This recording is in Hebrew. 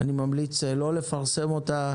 אני ממליץ לא לפרסם אותה,